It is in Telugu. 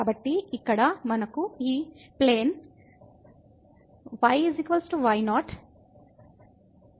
కాబట్టి ఇక్కడ మనకు ఈ విమానం y y0 ఉంది